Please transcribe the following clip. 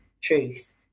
truth